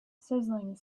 sizzling